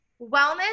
wellness